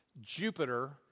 Jupiter